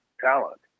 talent